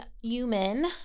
human